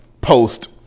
post